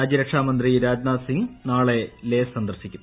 രാജൃരക്ഷാമന്ത്രി രാജ്നാഥ് സിങ്ങ് നാളെ ലേ സന്ദർശിക്കും